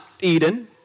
Eden